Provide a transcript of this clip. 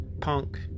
Punk